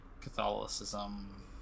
Catholicism